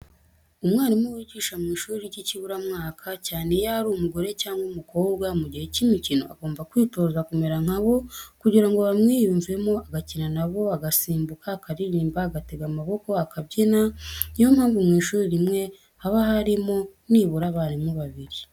Umwarimu wigisha mu ishuri ry'ikiburamwaka, cyane iyo ari umugore cyangwa umukobwa, mu gihe cy'imikino agomba kwitoza kumera nka bo, kugira ngo bamwiyumvemo, agakina na bo, agasimbuka, akaririmba, agatega amaboko akabyina, ni yo mpamvu mu ishuri rimwe habamo nibura abarimu babiri.